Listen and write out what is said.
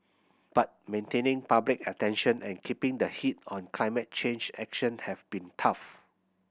but maintaining public attention and keeping the heat on climate change action have been tough